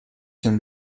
can